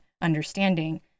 understanding